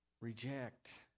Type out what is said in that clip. reject